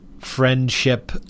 friendship